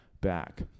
back